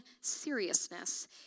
seriousness